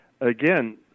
Again